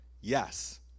Yes